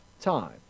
time